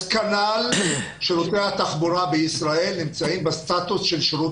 כנ"ל שירותי התחבורה בישראל שנמצאים בסטטוס של שירות